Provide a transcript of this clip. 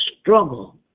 struggle